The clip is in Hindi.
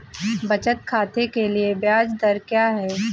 बचत खाते के लिए ब्याज दर क्या है?